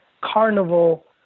carnival